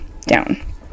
down